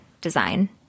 design